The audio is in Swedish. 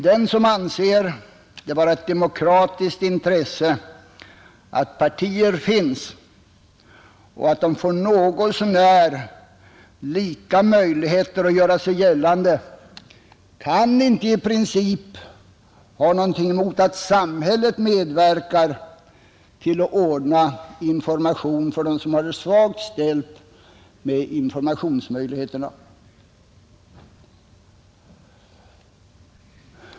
Den som anser det vara ett demokratiskt intresse att partierna finns och att de får något så när lika möjligheter att göra sig gällande kan inte i princip ha något emot att samhället medverkar till att ordna information för dem som har det svagt ställt med informationsmöjligheterna.